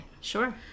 Sure